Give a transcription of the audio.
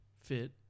fit